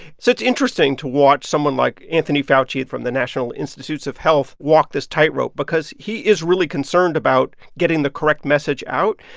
so it's interesting to watch someone like anthony fauci from the national institutes of health walk this tightrope because he is really concerned about getting the correct message out.